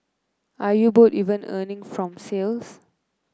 are you both even earning from sales